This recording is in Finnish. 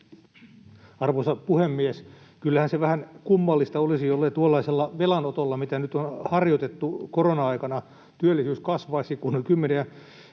Arvoisa puhemies! Kyllähän se vähän kummallista olisi, jollei tuollaisella velanotolla, mitä nyt on harjoitettu korona-aikana, työllisyys kasvaisi. Kun kymmeniä